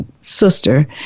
sister